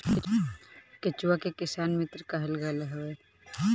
केचुआ के किसान मित्र कहल गईल हवे